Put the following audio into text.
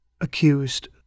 accused